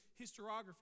historiography